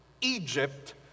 Egypt